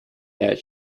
that